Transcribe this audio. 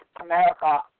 america